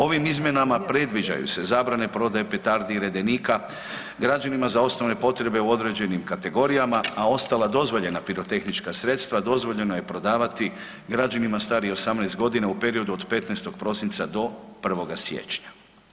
Ovim izmjenama predviđaju se zabrane prodaje petardi i redenika građanima za osnovne potrebe u određenim kategorijama, a ostala dozvoljena pirotehnička sredstva dozvoljeno je prodavati građanima starijim od 18.g. u periodu od 15. prosinca do 1. siječnja.